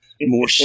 more